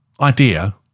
idea